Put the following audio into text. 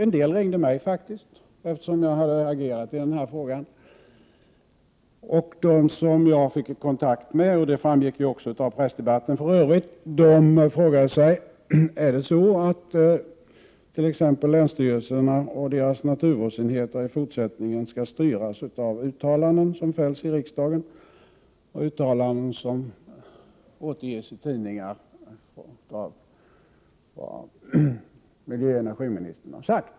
En del ringde mig, eftersom jag hade agerat i frågan. De tjänstemän som jag fick kontakt med frågade, och det framgick för övrigt också av pressdebatten: Skall länsstyrelserna och deras naturvårdsenheter i fortsättningen styras av uttalanden som fälls i riksdagen och det som återges i tidningarna av vad miljöoch energiministern har sagt?